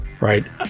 right